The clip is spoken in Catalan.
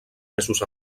mesos